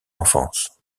enfance